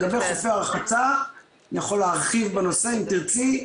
לגבי חופי הרחצה, אני יכול להרחיב בנושא אם תרצי,